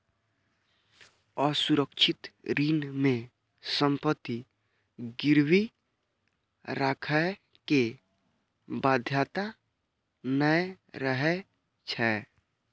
असुरक्षित ऋण मे संपत्ति गिरवी राखै के बाध्यता नै रहै छै